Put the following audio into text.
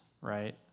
right